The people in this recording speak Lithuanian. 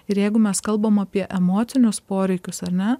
ir jeigu mes kalbam apie emocinius poreikius ar ne